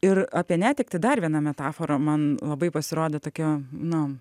ir apie netektį dar viena metafora man labai pasirodė tokia na